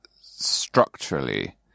structurally